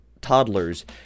toddlers